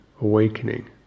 awakening